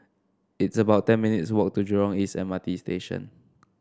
it's about ten minutes' walk to Jurong East M R T Station